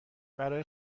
برای